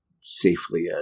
safely